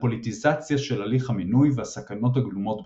פוליטיזציה של הליך המינוי והסכנות הגלומות בכך.